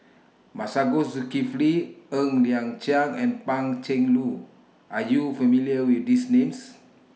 Masagos Zulkifli Ng Liang Chiang and Pan Cheng Lui Are YOU familiar with These Names